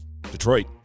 Detroit